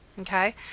Okay